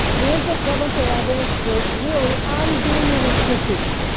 is the seventh-day adventist church really unduly restrictive?